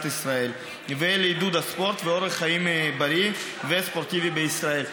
ישראל ולעידוד הספורט ואורח חיים בריא וספורטיבי בישראל.